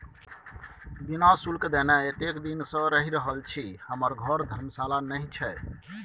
बिना शुल्क देने एतेक दिन सँ रहि रहल छी हमर घर धर्मशाला नहि छै